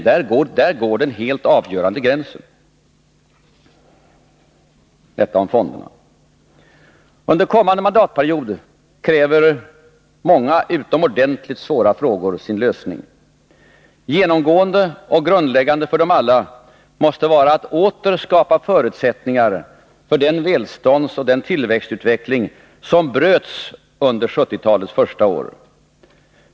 Där går den helt avgörande gränsen. Detta om fonderna. Under kommande mandatperiod kräver många utomordentligt svåra frågor sin lösning. Genomgående och grundläggande för dem alla måste vara att åter skapa förutsättningar för den välståndsoch tillväxtutveckling som bröts under 1970-talets första år.